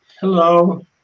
hello